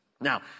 Now